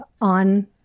on